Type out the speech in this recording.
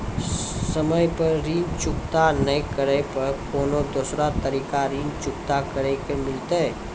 समय पर ऋण चुकता नै करे पर कोनो दूसरा तरीका ऋण चुकता करे के मिलतै?